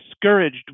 discouraged